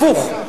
הפוך,